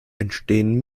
entstehen